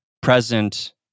present